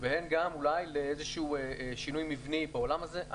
והן גם אולי באיזשהו שינוי מבני בעולם הזה.